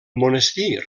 monestir